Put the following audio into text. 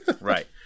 Right